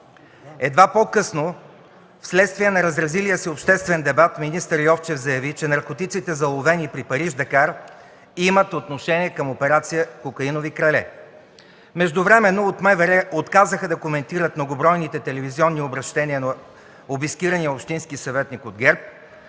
Едва по-късно вследствие на разразилия се обществен дебат министър Йовчев заяви, че наркотиците, заловени при „Париж – Дакар“, имат отношение към операция „Кокаинови крале“. Междувременно от МВР отказаха да коментират многобройните телевизионни обръщения от обискирания общински съветник от ГЕРБ,